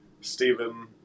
Stephen